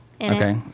Okay